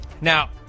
Now